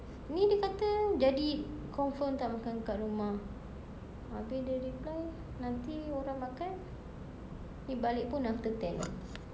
ini dia kata jadi confirm tak makan dekat rumah abeh dia reply nanti orang makan ini balik pun after ten